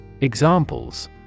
Examples